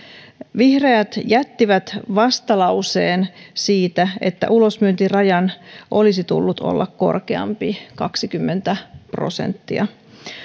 vihreät jättivät vastalauseen siitä että ulosmyyntirajan olisi tullut olla korkeampi kaksikymmentä prosenttia